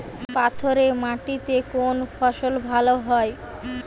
পাথরে মাটিতে কোন ফসল ভালো হয়?